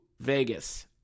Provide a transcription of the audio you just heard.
Vegas